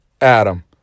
Adam